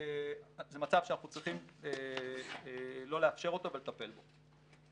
זה מצב שאנחנו צריכים לא לאפשר אותו ולטפל בו.